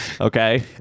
Okay